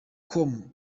com